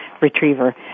retriever